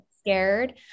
scared